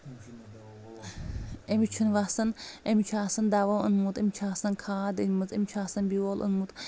أمِس چھُ نہٕ وَسان أمِس چھُ آسان دوہ اوٚنمُت أمۍ چھُ آسان کھاد أنمٕژ أمۍ چھُ آسان بیول اوٚنمُت